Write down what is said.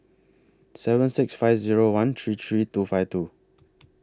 seven six five Zero one three three two five two